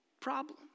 problem